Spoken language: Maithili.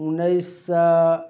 उनैस सओ